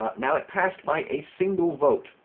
ah now it passed by a single vote